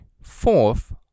fourth